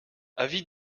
avis